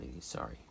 Sorry